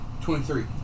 Twenty-three